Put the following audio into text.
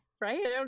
Right